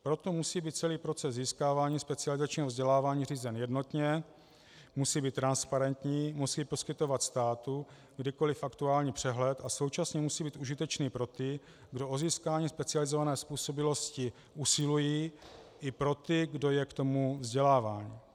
Proto musí být celý proces získávání specializačního vzdělávání řízen jednotně, musí být transparentní, musí poskytovat státu kdykoliv aktuální přehled a současně musí být užitečný pro ty, kdo o získání specializované způsobilosti usilují, i pro ty, kdo je k tomu vzděláván.